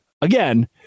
again